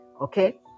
okay